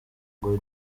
ngo